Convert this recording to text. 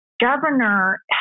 governor